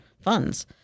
funds